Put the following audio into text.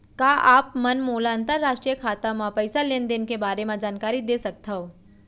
का आप मन मोला अंतरराष्ट्रीय खाता म पइसा लेन देन के बारे म जानकारी दे सकथव?